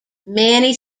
many